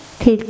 thì